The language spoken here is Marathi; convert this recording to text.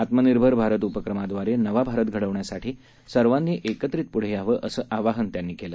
आत्मनिर्भरभारतउपक्रमाद्वारेनवाभारतघडवण्यासाठीसर्वांनीएकत्रितपणेप्ढेयावं असंआवाहनत्यांनीकेलं